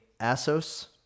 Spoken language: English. Asos